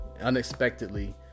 unexpectedly